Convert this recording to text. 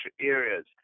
areas